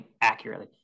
accurately